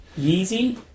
Yeezy